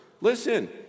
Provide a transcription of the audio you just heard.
Listen